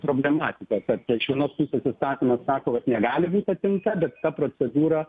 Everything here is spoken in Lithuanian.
problematiką kad iš vienos pusės įstatymas sako kad negali būt atimta bet ta procedūra